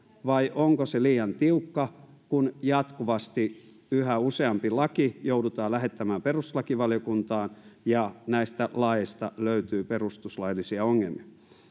vai onko se liian tiukka kun jatkuvasti yhä useampi laki joudutaan lähettämään perustuslakivaliokuntaan ja näistä laeista löytyy perustuslaillisia ongelmia